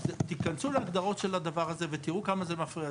תיכנסו להגדרות של הדבר הזה ותראו כמה זה מפריע.